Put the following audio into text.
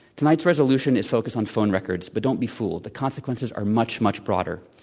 tonight's resolution is focused on phone records. but don't be fooled. the consequences are much, much broader.